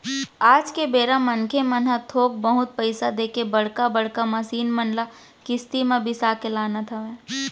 आज के बेरा मनखे मन ह थोक बहुत पइसा देके बड़का बड़का मसीन मन ल किस्ती म बिसा के लानत हवय